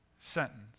sentence